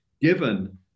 given